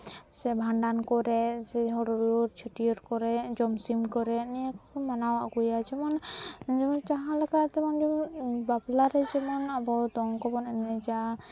ᱥᱮ ᱵᱷᱟᱸᱰᱟᱱ ᱠᱚᱨᱮ ᱥᱮ ᱦᱳᱲᱳ ᱤᱨ ᱪᱷᱟᱹᱴᱭᱟᱹᱨ ᱠᱚᱨᱮ ᱡᱚᱢᱥᱤᱢ ᱠᱚᱨᱮ ᱱᱤᱭᱟᱹ ᱠᱚᱵᱚᱱ ᱢᱟᱱᱟᱣ ᱟᱜᱩᱭᱟ ᱡᱮᱢᱚᱱ ᱡᱮᱢᱚᱱ ᱡᱟᱦᱟᱸ ᱞᱮᱠᱟ ᱛᱮᱢᱚᱱ ᱜᱮ ᱵᱟᱯᱞᱟ ᱨᱮ ᱡᱮᱢᱚᱱ ᱟᱵᱚ ᱫᱚᱝ ᱠᱚᱵᱚᱱ ᱮᱱᱮᱡᱟ